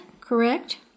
correct